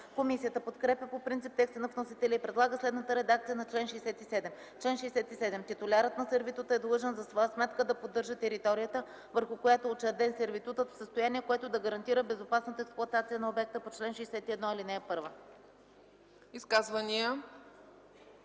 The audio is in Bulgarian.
Комисията подкрепя по принцип текста на вносителя и предлага следната редакция на чл. 67: „Чл. 67. Титулярът на сервитута е длъжен за своя сметка да поддържа територията, върху която е учреден сервитутът, в състояние, което да гарантира безопасната експлоатация на обекта по чл. 61, ал.